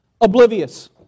oblivious